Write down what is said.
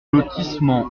lotissement